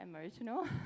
emotional